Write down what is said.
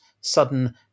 sudden